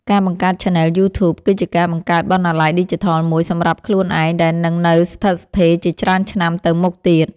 ការបង្កើតឆានែលយូធូប គឺជាការបង្កើតបណ្ណាល័យឌីជីថលមួយសម្រាប់ខ្លួនឯងដែលនឹងនៅស្ថិតស្ថេរជាច្រើនឆ្នាំទៅមុខទៀត។